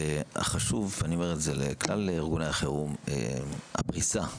חשוב, ואני אומר לכלל ארגוני החירום, זה הפריסה,